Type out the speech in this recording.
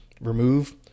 remove